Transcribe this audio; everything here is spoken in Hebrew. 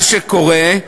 מה שקורה,